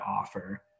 offer